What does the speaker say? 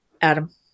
Adam